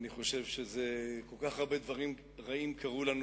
כל כך הרבה דברים רעים קרו לנו